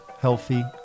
healthy